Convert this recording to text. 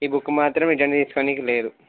ఈ బుక్ మాత్రం రిటర్న్ తీసుకొనికి లేదు